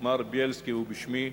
מר בילסקי ובשמי.